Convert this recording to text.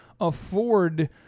afford